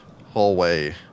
hallway